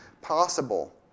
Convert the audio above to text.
possible